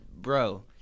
bro